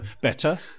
better